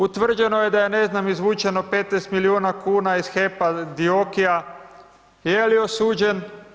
Utvrđeno je da je ne znam, izvučeno 15 milijuna kuna iz HEPA-a Diokija, je li osuđen?